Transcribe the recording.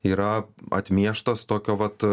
yra atmieštas tokio vat